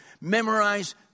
memorize